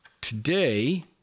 today